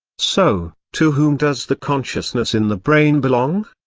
so, to whom does the consciousness in the brain belong?